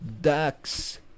Dax